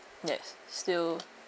yes still